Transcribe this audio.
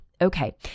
Okay